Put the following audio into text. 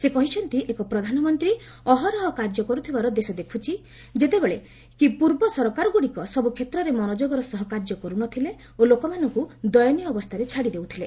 ସେ କହିଛନ୍ତି ଏକ ପ୍ରଧାନମନ୍ତ୍ରୀ ଅହରହ କାର୍ଯ୍ୟ କରୁଥିବାର ଦେଶ ଦେଖୁଛି ଯେତେବେଳେ କି ପୂର୍ବ ସରକାରଗୁଡ଼ିକ ସବୁକ୍ଷେତ୍ରରେ ମନଯୋଗର ସହ କାର୍ଯ୍ୟ କରୁନଥିଲେ ଓ ଲୋକମାନଙ୍କୁ ଦୟନୀୟ ଅବସ୍ଥାରେ ଛାଡି ଦେଉଥିଲେ